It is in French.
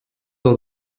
dans